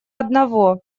одного